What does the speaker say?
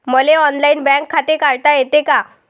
मले online bank खाते काढता येते का?